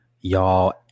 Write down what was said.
y'all